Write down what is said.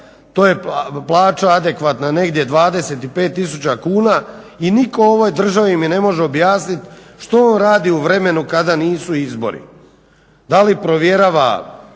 to je plaća adekvatna negdje 25 tisuća kuna i nitko u ovoj državi mi ne može objasniti što on radi u vremenu kada nisu izbori? Da li provjerava